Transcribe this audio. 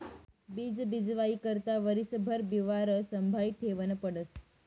बीज बीजवाई करता वरीसभर बिवारं संभायी ठेवनं पडस